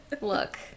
look